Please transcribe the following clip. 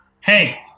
Hey